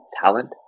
talent